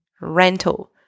rental